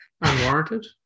unwarranted